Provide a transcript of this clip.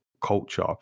culture